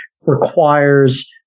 requires